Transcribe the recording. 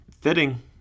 Fitting